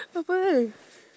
apa